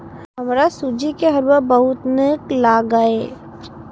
हमरा सूजी के हलुआ बहुत नीक लागैए